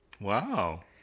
Wow